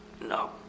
No